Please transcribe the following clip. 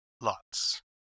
lots